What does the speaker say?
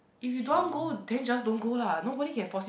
if you don't want go then just don't go lah nobody can force